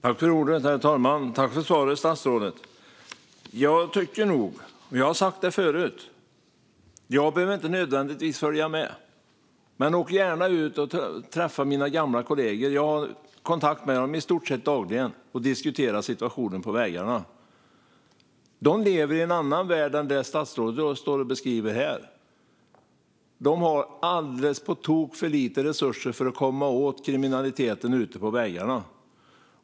Herr talman! Tack, statsrådet, för svaret! Jag har sagt det förut: Åk gärna ut och träffa mina gamla kollegor och diskutera situationen på vägarna. Jag behöver inte nödvändigtvis följa med för jag har kontakt med dem i stort sett dagligen. De lever i en annan värld än den som statsrådet beskriver här. De har på tok för lite resurser för att komma åt kriminaliteten ute på vägarna.